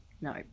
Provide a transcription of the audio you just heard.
No